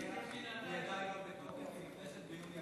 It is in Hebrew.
היא נכנסת ביוני.